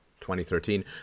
2013